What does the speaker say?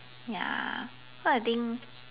ya so I think